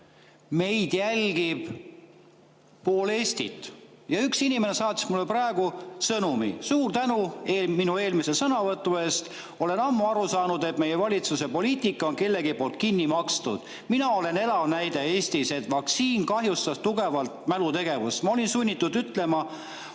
Meid jälgib pool Eestit ja üks inimene saatis mulle praegu sõnumi: "Suur tänu eelmise sõnavõtu eest. Olen ammu aru saanud, et meie valitsuse poliitika on kellegi poolt kinni makstud. Mina olen elav näide Eestis, et vaktsiin kahjustas tugevalt mälutegevust. Ma olin sunnitud ütlema: